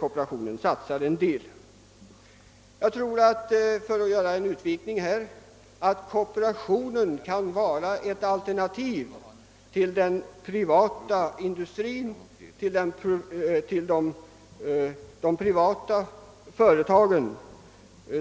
Kooperationen satsar ju också en del där, och jag tror att den kan vara ett alternativ till de privata företag